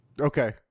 Okay